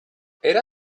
era